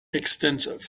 extensive